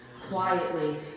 quietly